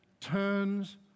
turns